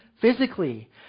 physically